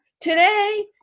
Today